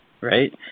Right